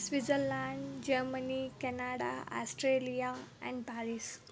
Switzerland Germany Canada Australia and Paris